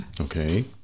Okay